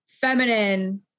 feminine